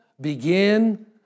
begin